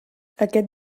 aquest